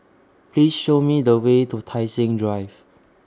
Please Show Me The Way to Tai Seng Drive